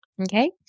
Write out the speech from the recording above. Okay